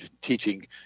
teaching